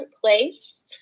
place